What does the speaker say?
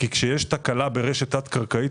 כי כשיש תקלה ברשת תת-קרקעית,